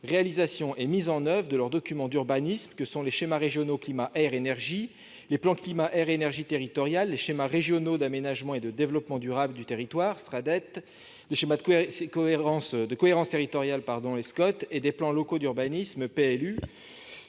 réalisation et la mise en oeuvre de leurs documents d'urbanisme que sont les schémas régionaux climat air énergie, les plans climat air énergie territoriaux, les schémas régionaux d'aménagement, de développement durable et d'égalité des territoires, les SRADDET, les schémas de cohérence territoriale, les SCOT, et les plans locaux d'urbanisme, les